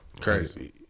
crazy